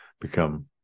become